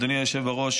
אדוני היושב-ראש,